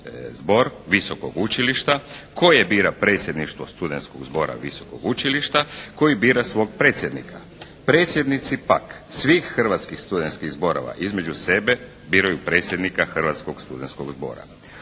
zbor visokog učilišta koje bira predsjedništvo studenskog zbora visokog učilišta koji bira svog predsjednika. Predsjednici pak svih hrvatskih studenskih zborova između sebe biraju predsjednika Hrvatskog studenskog zbora.